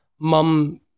mum